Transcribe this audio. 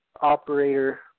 operator